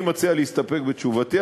אני מציע להסתפק בתשובתי,